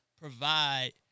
provide